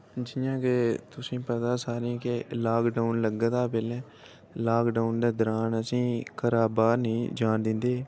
जि'यां के तुसें पता सारें गी के लाक डाउन लग्गे दा हा पैह्लें लाक डाउन दे दरान असें ई घरा बाह्र नेईं जाह्न दिंदे हे